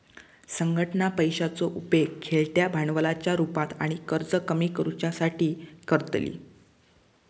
संघटना पैशाचो उपेग खेळत्या भांडवलाच्या रुपात आणि कर्ज कमी करुच्यासाठी करतली